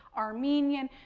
armenian,